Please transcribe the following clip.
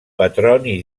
petroni